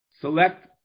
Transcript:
select